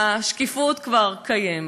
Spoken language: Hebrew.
השקיפות כבר קיימת.